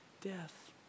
death